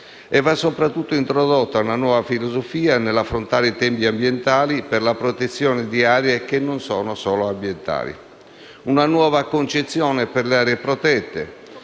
Va soprattutto introdotta una nuova filosofia nell'affrontare i temi ambientali per la protezione di aree che non sono solo ambientali. Una nuova concezione per le aree protette,